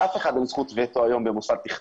לאף אחד אין זכות וטו היום במוסד תכנון.